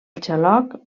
xaloc